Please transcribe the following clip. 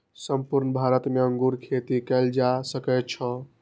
संपूर्ण भारत मे अंगूर खेती कैल जा सकै छै